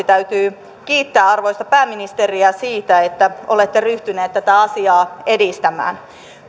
täytyy kiittää arvoisaa pääministeriä siitä että olette ryhtynyt tätä asiaa edistämään